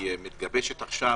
שמתגבשת עכשיו